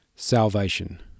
salvation